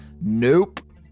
Nope